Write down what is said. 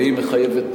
והיא מחייבת,